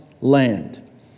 land